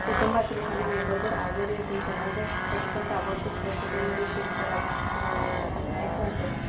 कुटुंबातील एखांदी मेंबर जर आजारी असेल त्यांना जर पटकन ताबडतोब हॉस्पिटलमध्ये शिफ्ट करायचं असेल किंवा हॉस्पिटलला न्यायचं असेल